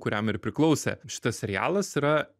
kuriam ir priklausė šitas serialas yra